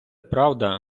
правда